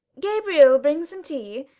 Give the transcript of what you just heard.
gabriel, bring some tea!